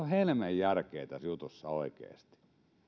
helmen järkeä oikeasti kun